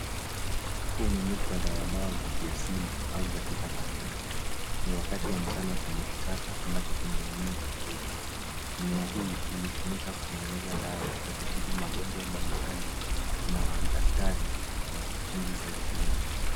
Huu ni muktadha wa dawa za kiasili au za kitamaduni. Ni wakati wa mchana kwenye kichaka ambacho kina mimea tofauti. Mimea hii ilitumika kutengeneza dawa za kutibu magonjwa mbali mbali, na daktari wa enzi za zamani.